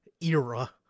Era